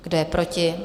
Kdo je proti?